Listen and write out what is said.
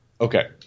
Okay